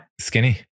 skinny